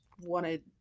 wanted